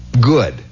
good